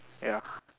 ya